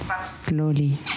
slowly